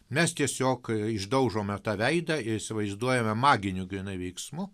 mes tiesiog išdaužome tą veidą ir įsivaizduojame maginiu grynai veiksmu